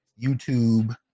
YouTube